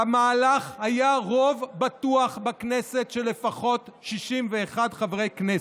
למהלך היה רוב בטוח בכנסת של לפחות 64 חברי כנסת,